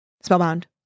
Spellbound